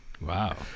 Wow